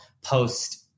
post